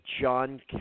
John